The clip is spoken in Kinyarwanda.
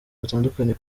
batandukanye